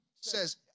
says